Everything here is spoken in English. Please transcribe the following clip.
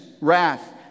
wrath